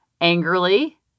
angrily